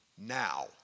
Now